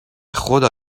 خدا